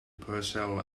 purcell